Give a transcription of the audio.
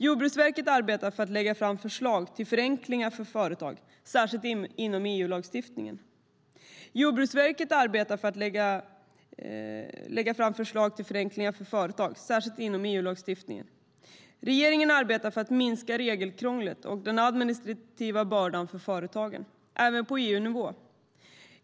Jordbruksverket arbetar för att lägga fram förslag till förenklingar för företag, särskilt inom EU-lagstiftningen. Regeringen arbetar för att minska regelkrånglet och den administrativa bördan för företagen, även på EU-nivå.